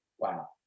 Wow